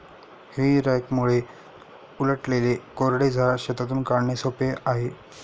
हेई रॅकमुळे उलटलेले कोरडे झाड शेतातून काढणे सोपे आहे